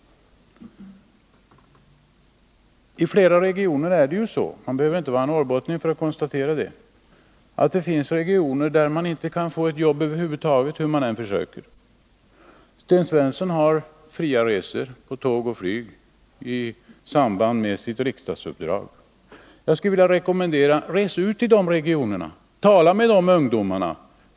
I flera regioner är det ju så — man behöver inte vara norrbottning för att konstatera det — att man inte kan få jobb över huvud taget, hur man än försöker. Sten Svensson har fria resor med tåg och flyg i samband med sitt riksdagsuppdrag. Jag skulle vilja rekommendera honom att resa ut till de regionerna. Tala med ungdomarna där!